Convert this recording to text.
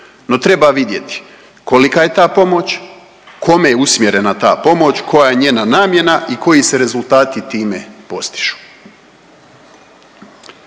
No, treba vidjeti kolika je ta pomoć, kome je usmjerena ta pomoć, koja je njena namjena i koji se rezultati time postižu.